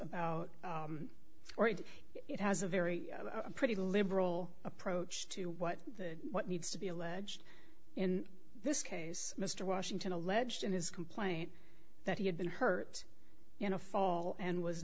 about right it has a very pretty liberal approach to what the what needs to be alleged in this case mr washington alleged in his complaint that he had been hurt you know fall and was